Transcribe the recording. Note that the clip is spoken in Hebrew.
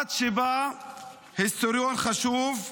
עד שבא היסטוריון חשוב,